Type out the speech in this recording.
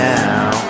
now